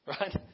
Right